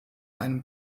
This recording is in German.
einem